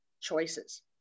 choices